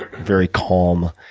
ah very calm,